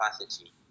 capacity